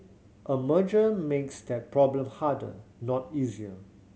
a merger makes that problem harder not easier